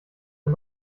und